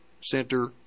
center